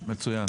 מצוין.